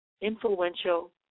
influential